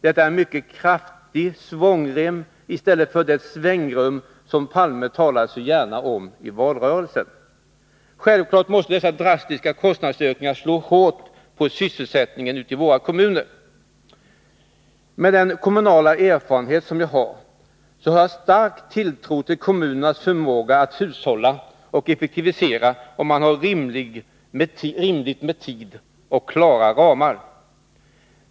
Det är en mycket kraftig svångrem i stället för det svängrum som Palme så gärna talade om i valrörelsen. Självfallet måste dessa drastiska kostnadsökningar slå hårt på sysselsättningen i våra kommuner. Med den kommunala erfarenhet som jag har, har jag en stark tilltro till kommunernas förmåga att hushålla och effektivisera, om de har rimligt med tid och klara ramar.